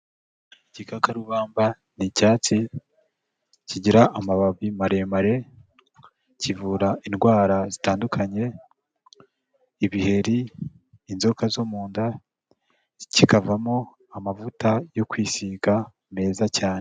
Igikakarubamba ni icyatsi kigira amababi maremare, kivura indwara zitandukanye ibiheri, inzoka zo munda, kikavamo amavuta yo kwisiga meza cyane.